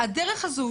הדרך הזו,